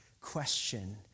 question